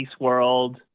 world—